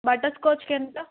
బటర్స్కాచ్కి ఎంత